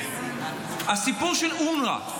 הסיפור של אונר"א,